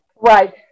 Right